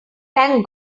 thank